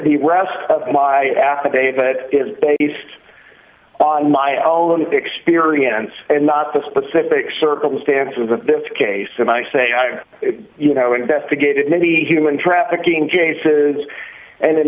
the rest of my affidavit is based on my own experience and not the specific circumstances of this case and i say you know investigated many human trafficking chases and in